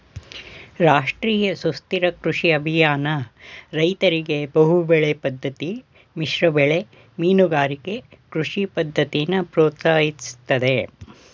ರಾಷ್ಟ್ರೀಯ ಸುಸ್ಥಿರ ಕೃಷಿ ಅಭಿಯಾನ ರೈತರಿಗೆ ಬಹುಬೆಳೆ ಪದ್ದತಿ ಮಿಶ್ರಬೆಳೆ ಮೀನುಗಾರಿಕೆ ಕೃಷಿ ಪದ್ದತಿನ ಪ್ರೋತ್ಸಾಹಿಸ್ತದೆ